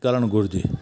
करणु घुरिजे